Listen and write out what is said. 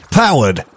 powered